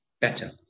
better